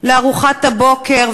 לארוחת הבוקר.